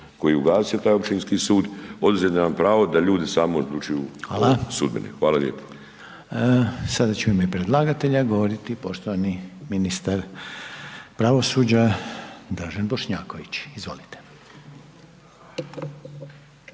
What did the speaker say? koji je ugasio taj općinski sud, oduzeli ste nam pravo da ljudi sami odlučuju o sudbini. **Reiner, Željko (HDZ)** Hvala. Sada će u ime predlagatelja govoriti poštovani ministar pravosuđa, Dražen Bošnjaković, izvolite.